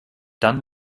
dann